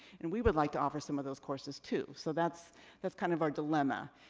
and we would like to offer some of those courses, too. so that's that's kind of our dilemma,